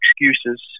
excuses